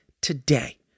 today